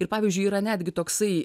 ir pavyzdžiui yra netgi toksai